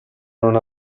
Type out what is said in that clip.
non